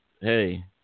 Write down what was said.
hey